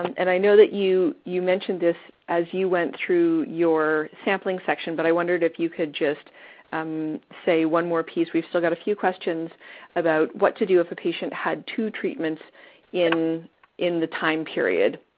and i know that you you mentioned this as you went through your sampling section, but i wondered if you could just say one more piece. we've still got a few questions about what to do if a patient had two treatments in in the time period.